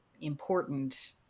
important